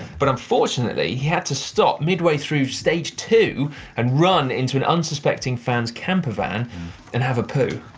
but unfortunately, he had to stop midway through stage two and run into an unsuspecting fan's campervan and have a poo.